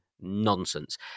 nonsense